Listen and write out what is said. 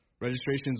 Registrations